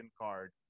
card